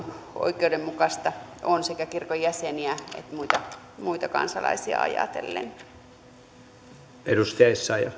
oikeudenmukaista on sekä kirkon jäseniä että muita kansalaisia ajatellen